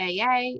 AA